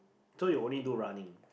so you only do running